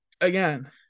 again